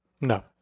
No